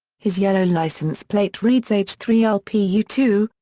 his yellow license plate reads h three l p u two,